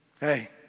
Hey